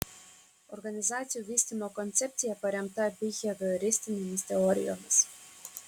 organizacijų vystymo koncepcija paremta bihevioristinėmis teorijomis